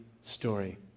story